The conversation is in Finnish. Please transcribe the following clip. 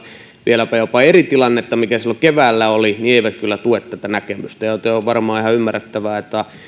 vieläpä jopa eri tilannetta mikä silloin keväällä oli eivät kyllä tue tätä näkemystä joten on varmaan ihan ymmärrettävää että